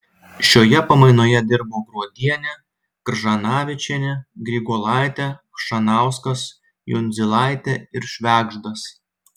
šioje pamainoje dirbo gruodienė kržanavičienė griguolaitė chšanauskas jundzilaitė ir švegždas